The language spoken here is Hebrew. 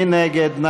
מי נגד?